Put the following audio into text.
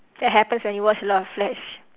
that happens when you watch a lot of flash